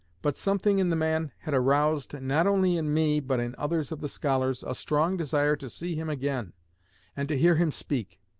but, something in the man had aroused, not only in me but in others of the scholars, a strong desire to see him again and to hear him speak.